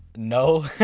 no.